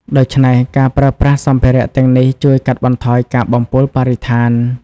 ដូច្នេះ ការប្រើប្រាស់សម្ភារៈទាំងនេះជួយកាត់បន្ថយការបំពុលបរិស្ថាន។